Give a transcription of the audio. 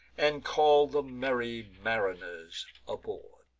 and call the merry mariners aboard.